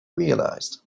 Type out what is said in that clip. realized